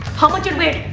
how much your weight?